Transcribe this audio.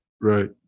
Right